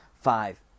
five